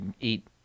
eat